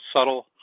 subtle